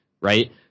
right